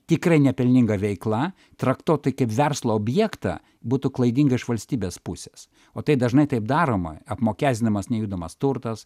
tikrai nepelninga veikla traktuot tai kaip verslo objektą būtų klaidinga iš valstybės pusės o tai dažnai taip daroma apmokestinamas nejudamas turtas